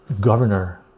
governor